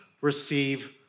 receive